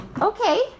okay